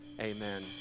Amen